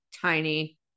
Tiny